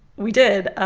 we did.